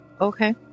Okay